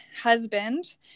husband